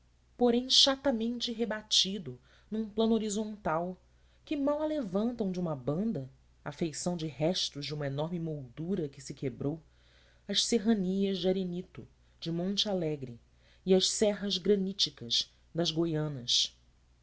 porém chatamente rebatido num plano horizontal que mal alevantam de uma banda à feição de restos de uma enorme moldura que se quebrou as serranias de arenito de monte alegre e as serras graníticas das guianas